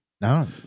No